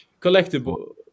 collectible